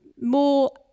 more